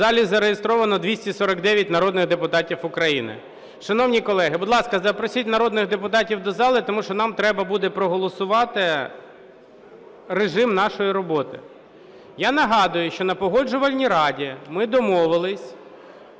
В залі зареєстровано 249 народних депутатів України. Шановні колеги, будь ласка, запросіть народних депутатів до зали. Тому що нам треба буде проголосувати режим нашої роботи. Я нагадую, що на Погоджувальній раді ми домовились,